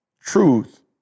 Truth